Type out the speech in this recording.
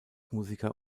musiker